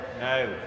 no